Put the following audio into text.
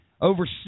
over